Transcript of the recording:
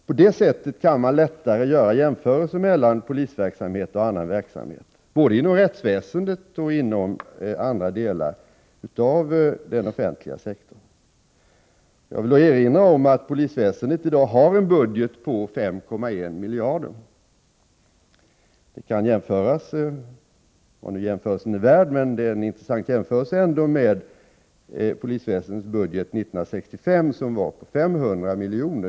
På det sättet kan man lättare göra jämförelser mellan polisverksamhet och annan verksamhet, både inom rättsväsendet och inom andra delar av den offentliga sektorn. Jag vill då erinra om att polisväsendet i dag har en budget på 5,1 miljarder. Det kan jämföras — vad nu den jämförelsen är värd; den är ändå intressant — med polisväsendets budget 1965, som var på 500 miljoner.